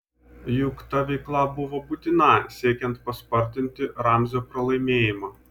juk ta veikla buvo būtina siekiant paspartinti ramzio pralaimėjimą